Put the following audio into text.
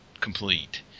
complete